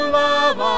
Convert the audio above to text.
love